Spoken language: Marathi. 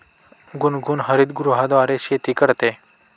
गुनगुन हरितगृहाद्वारे शेती करते